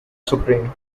supreme